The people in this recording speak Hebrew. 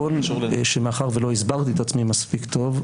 יכול שמאחר שלא הסברתי את עצמי מספיק טוב,